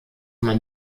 man